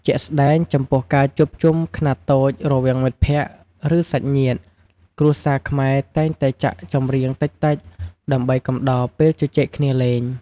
ជាក់ស្ដែង ចំពោះការជួបជុំខ្នាតតូចរវាងមិត្តភក្តិ ឬ សាច់ញាតិ គ្រួសារខ្មែរតែងតែចាក់ចម្រៀងតិចៗ ដើម្បីកំដរពេលជជែកគ្នាលេង។